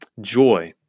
joy